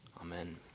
Amen